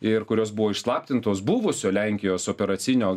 ir kurios buvo išslaptintos buvusio lenkijos operacinio